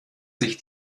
sich